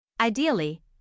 Ideally